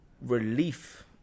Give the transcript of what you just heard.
relief